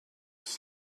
was